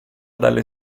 dalle